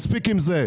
מספיק עם זה.